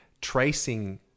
tracing